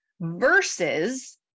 versus